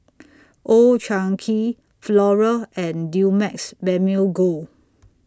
Old Chang Kee Flora and Dumex Mamil Gold